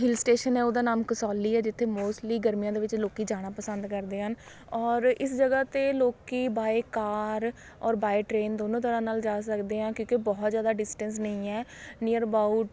ਹਿਲ station ਹੈ ਉਹਦਾ ਨਾਮ ਕਸੌਲੀ ਹੈ ਜਿੱਥੇ ਮੋਸਟਲੀ ਗਰਮੀਆਂ ਦੇ ਵਿੱਚ ਲੋਕ ਜਾਣਾ ਪਸੰਦ ਕਰਦੇ ਹਨ ਔਰ ਇਸ ਜਗ੍ਹਾ 'ਤੇ ਲੋਕੀ ਬਾਏ ਕਾਰ ਔਰ ਬਾਏ ਟਰੇਨ ਦੋਨੋਂ ਤਰ੍ਹਾਂ ਨਾਲ ਜਾ ਸਕਦੇ ਹਾਂ ਕਿਉਂਕਿ ਬਹੁਤ ਜ਼ਿਆਦਾ ਡਿਸਟੈਂਸ ਨਹੀਂ ਹੈ ਨੀਅਰ ਅਬਾਊਟ